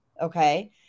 Okay